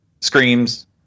screams